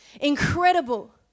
Incredible